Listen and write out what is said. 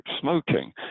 smoking